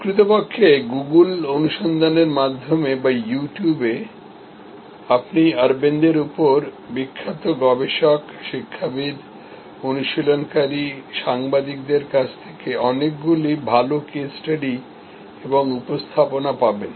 প্রকৃতপক্ষে গুগল অনুসন্ধানের মাধ্যমে বা ইউ টিউবে আপনি অরবিন্দরউপর বিখ্যাত গবেষক শিক্ষাবিদ অনুশীলনকারী সাংবাদিকদের কাছ থেকে অনেকগুলি ভাল কেস স্টাডি এবং উপস্থাপনা পাবেন